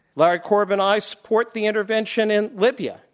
larry korb and i support the intervention in libya,